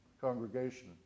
congregation